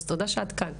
אז תודה שאת כאן.